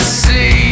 see